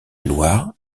loire